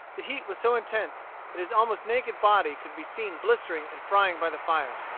the heat was so intense that his almost naked body could be seen blistering and frying by the fire.